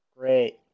Great